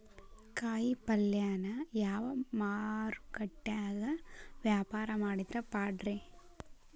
ಕಾಯಿಪಲ್ಯನ ಯಾವ ಮಾರುಕಟ್ಯಾಗ ವ್ಯಾಪಾರ ಮಾಡಿದ್ರ ಪಾಡ್ರೇ?